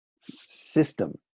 system